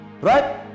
right